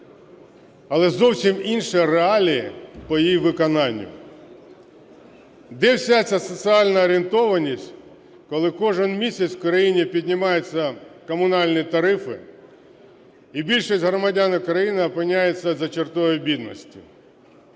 Але зовсім інші реалії по її виконанню. Де вся ця соціальна орієнтованість, коли кожен місяць в країні піднімаються комунальні тарифи і більшість громадян України опиняється за чертою бідності?